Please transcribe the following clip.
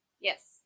Yes